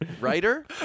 Writer